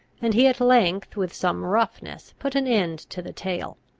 and he at length with some roughness put an end to the tale.